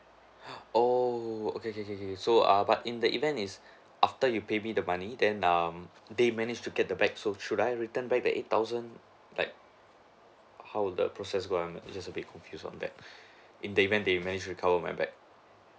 oo okay okay okay okay so but in the event is after you pay me the money then um they manage to get the bag so should I return back the eight thousand like how the process go on like it just a bit confuse on that in the event they managed recover my bag